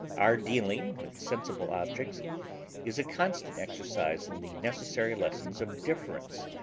our dealing with sensible objects is a constant exercise in the necessary lessons of difference,